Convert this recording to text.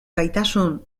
gaitasun